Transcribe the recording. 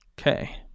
Okay